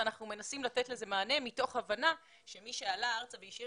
אנחנו מנסים לתת לזה מענה מתוך הבנה שמי שעלה ארצה והשאיר